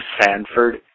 Sanford